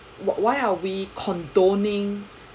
why why are we condoning